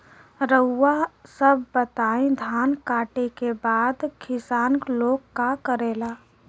रउआ सभ बताई धान कांटेके बाद किसान लोग का करेला?